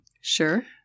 Sure